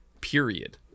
period